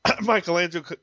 Michelangelo